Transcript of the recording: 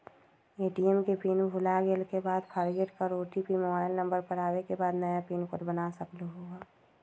ATM के PIN भुलागेल के बाद फोरगेट कर ओ.टी.पी मोबाइल नंबर पर आवे के बाद नया पिन कोड बना सकलहु ह?